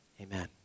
Amen